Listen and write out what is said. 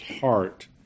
heart